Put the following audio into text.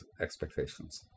expectations